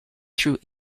through